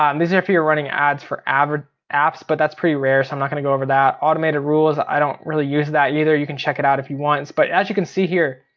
um these are if you are running ads for apps, but that's pretty rare, so i'm not gonna go over that. automated rules, i don't really use that either, you can check it out if you want. but as you can see here,